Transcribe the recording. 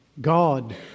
God